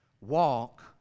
walk